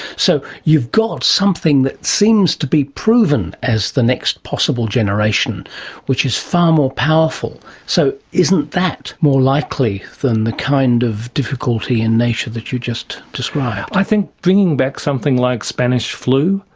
so you've got something that seems to be proven as the next possible generation which is far more powerful, so isn't that more likely than the kind of difficulty in nature that you just described? i think bringing back something like spanish flu,